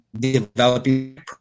Developing